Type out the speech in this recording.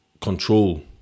control